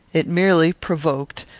it merely provoked,